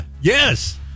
Yes